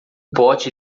pote